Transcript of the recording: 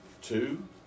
two